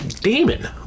demon